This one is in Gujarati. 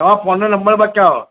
તમારો ફોનનો નંબર બતાવો